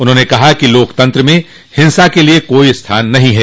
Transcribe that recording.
उन्होंने कहा कि लोकतंत्र में हिंसा के लिए कोई स्थान नहीं है